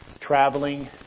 traveling